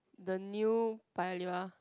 the new Paya-Lebar